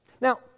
Now